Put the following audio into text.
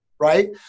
Right